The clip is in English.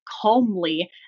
calmly